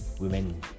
women